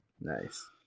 Nice